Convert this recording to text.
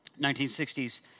1960s